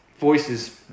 voices